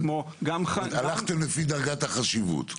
הלכתם לפי דרגת החשיבות.